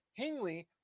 Hingley